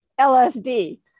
LSD